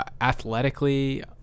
athletically